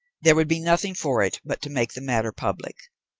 there would be nothing for it but to make the matter public.